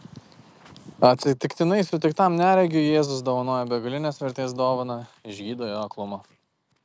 atsitiktinai sutiktam neregiui jėzus dovanoja begalinės vertės dovaną išgydo jo aklumą